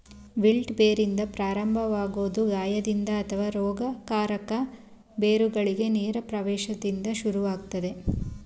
wilt ಬೇರಿಂದ ಪ್ರಾರಂಭವಾಗೊದು ಗಾಯದಿಂದ ಅಥವಾ ರೋಗಕಾರಕ ಬೇರುಗಳಿಗೆ ನೇರ ಪ್ರವೇಶ್ದಿಂದ ಶುರುವಾಗ್ತದೆ